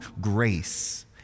grace